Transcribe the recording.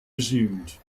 resumed